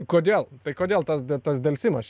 kodėl tai kodėl tas tas delsimas